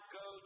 go